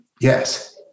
yes